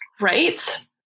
Right